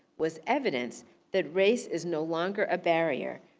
was evidence that race is no longer a barrier,